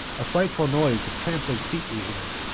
a frightful noise of trampling feet we hear.